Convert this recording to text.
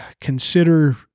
consider